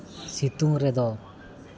ᱥᱤᱛᱩᱝ ᱨᱮᱫᱚ